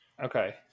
Okay